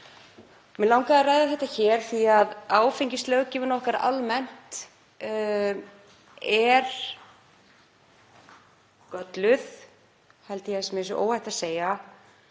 Mig langaði að ræða þetta hér því að áfengislöggjöfin okkar almennt er gölluð, held ég að mér sé óhætt að segja.